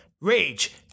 Rage